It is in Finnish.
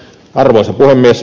arvoisa puhemies